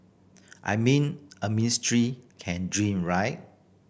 I mean a ministry can dream right